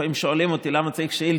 לפעמים שואלים אותי למה צריך שאילתות,